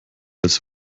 als